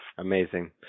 Amazing